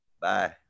Bye